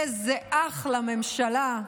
איזה אחלה ממשלה.